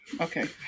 Okay